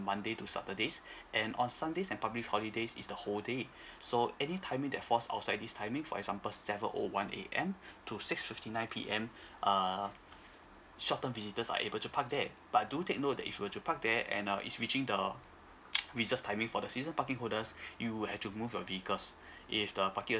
monday to saturdays and on sundays and public holidays it's the whole day so any timing that falls outside this timing for example seven oh one A_M to six fifty nine P_M err short term visitors are able to park there but do take note that if you were to park there and uh it's reaching the reserved timing for the season parking holders you have to move your vehicles if the parking